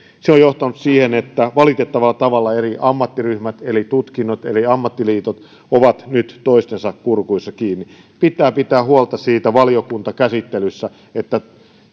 se on johtanut siihen että valitettavalla tavalla eri ammattiryhmät eri tutkinnot eri ammattiliitot ovat nyt toistensa kurkussa kiinni pitää pitää huolta siitä valiokuntakäsittelyssä että